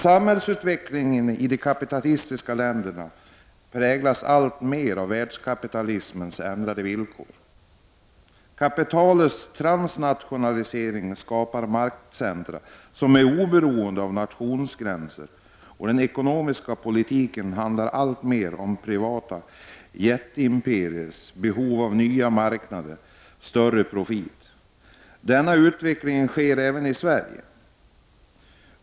Samhällsutvecklingen i de kapitalistiska länderna präglas alltmer av världskapitalismens ändrade villkor. Kapitalets transnationalisering skapar maktcentra som är oberoende av nationsgränser, och den ekonomiska politiken handlar alltmer om privata jätteimperiers behov av nya marknader och en större profit. Denna utveckling gäller även Sverige.